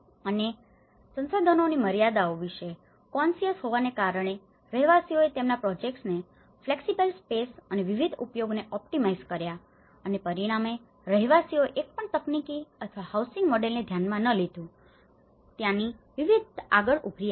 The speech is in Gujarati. અને સંસાધનોની મર્યાદાઓ વિશે કોનસિયસ conscious સભાન હોવાને કારણે રહેવાસીઓએ તેમના પ્રોજેક્ટ્સને ફ્લેક્સિબલ સ્પેસ અને વિવિધ ઉપયોગોને ઑપ્ટિમાઇઝ કરે છે અને પરિણામે રહેવાસીઓએ એક પણ તકનીકી અથવા હાઉસિંગ મોડેલને ધ્યાનમાં ન લીધું હોવાથી ત્યાંની વિવિધતા આગળ ઊભરી આવે છે